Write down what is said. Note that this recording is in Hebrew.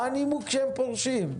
מה הנימוק שהם פורשים?